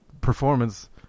performance